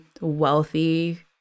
wealthy